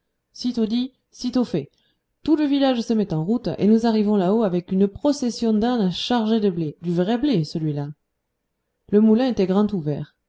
sitôt dit sitôt fait tout le village se met en route et nous arrivons là-haut avec une procession d'ânes chargés de blé du vrai blé celui-là le moulin était grand ouvert